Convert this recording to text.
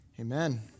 Amen